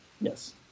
Yes